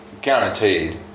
guaranteed